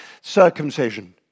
circumcision